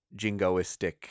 jingoistic